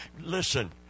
Listen